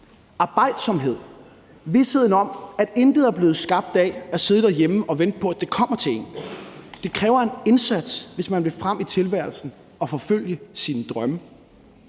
arbejdsomheden, visheden om, at intet er blevet skabt af at sidde derhjemme og vente på, at det kommer til en, at det kræver en indsats, hvis man vil frem i tilværelsen og forfølge sine drømme;